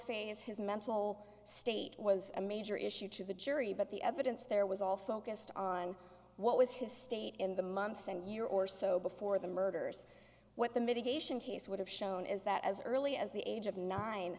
phase his mental state was a major issue to the jury but the evidence there was all focused on what was his state in the months and year or so before the murders what the mitigation case would have shown is that as early as the age of nine